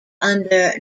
under